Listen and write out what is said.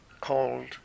called